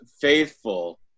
faithful